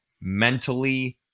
mentally